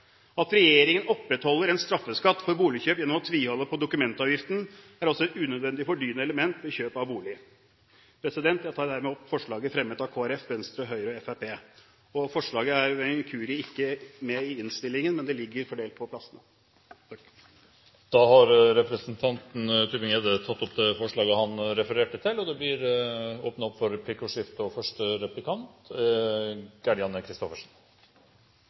At regjeringen opprettholder en straffeskatt for boligkjøp gjennom å tviholde på dokumentavgiften, er også et unødvendig fordyrende element ved kjøp av bolig. Jeg tar herved opp forslaget fremmet av Kristelig Folkeparti, Venstre, Høyre og Fremskrittspartiet. Forslaget er ved en inkurie ikke med i innstillingen, men ligger omdelt på representantenes plasser. Representanten Christian Tybring-Gjedde har tatt opp det forslaget han refererte til. Det blir replikkordskifte.